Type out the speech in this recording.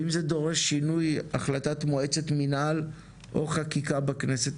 ואם זה דורש שינוי החלטת מועצת מינהל או חקיקה בכנסת,